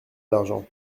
d’argent